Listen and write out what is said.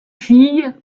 fille